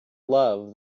love